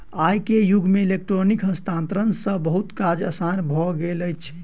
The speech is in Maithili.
आई के युग में इलेक्ट्रॉनिक हस्तांतरण सॅ बहुत काज आसान भ गेल अछि